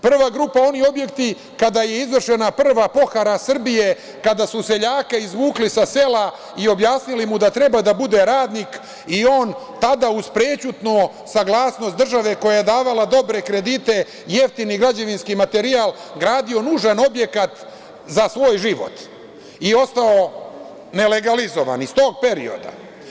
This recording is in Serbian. Prva grupa su oni objekti kada je izvršena prva pohara Srbije, kada su seljaka izvukli sa sela i objasnili mu da treba da bude radnik i on je tada, uz prećutnu saglasnost države, koja je davala dobre kredite i jeftini građevinski materijal, gradio nužan objekat za svoj život i ostao nelegalizovan, iz tog perioda.